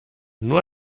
nur